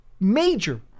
major